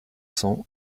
cents